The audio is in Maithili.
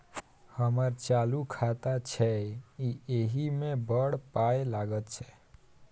हमर चालू खाता छै इ एहि मे बड़ पाय लगैत छै